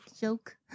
joke